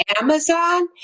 Amazon